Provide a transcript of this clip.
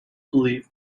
believed